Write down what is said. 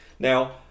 Now